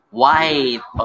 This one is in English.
white